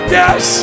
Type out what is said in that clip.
yes